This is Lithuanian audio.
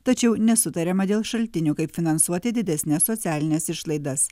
tačiau nesutariama dėl šaltinių kaip finansuoti didesnes socialines išlaidas